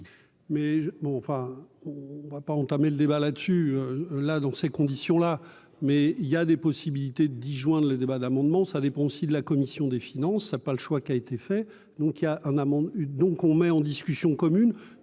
Mais bon enfin on va. Pas entamer le débat là-dessus là, dans ces conditions là, mais il y a des possibilités d'y joindre le débat d'amendements, ça dépend aussi de la commission des finances n'a pas le choix qui a été fait, donc il y a un amant du donc on met en discussion commune